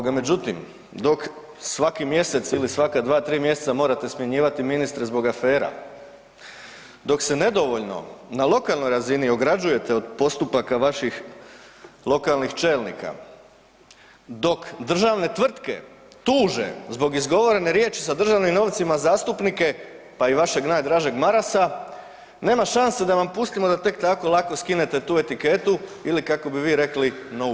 Ovoga, međutim dok svaki mjesec ili svaka 2-3 mjeseca morate smjenjivati ministre zbog afera, dok se nedovoljno na lokalnoj razini ograđujete od postupaka vaših lokalnih čelnika, dok državne tvrtke tuže zbog izgovorene riječi sa državnim novcima zastupnike, pa i vašeg najdražeg Marasa, nema šanse da vam pustimo da tek tako lako skinete tu etiketu ili kako bi vi rekli no way.